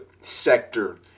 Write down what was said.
sector